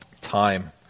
time